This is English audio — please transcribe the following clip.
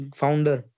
founder